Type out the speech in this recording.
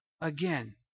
again